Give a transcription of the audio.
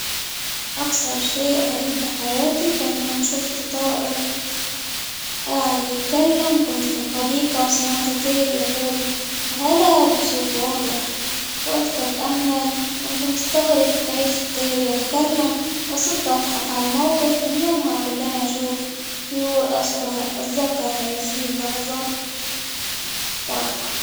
أكتر شيء غريب بحياتي كان يوم شفت طائر قاعد يتكلم كنت في الحديقة، وسمعت طير يقول هلا بصوت واضح، وإفت أتأمل كنت مستغرب كيف الطير يتكلم؟ وصرت أضحك عالموقف من يومها كلما أشوف طيور أذكر -أتذكر هذه اللحظة وأضحك.